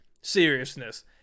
seriousness